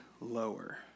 lower